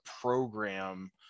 program